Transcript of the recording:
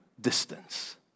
distance